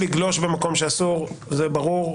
לגלוש במקום שאסור זה ברור,